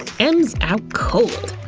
em's out cold.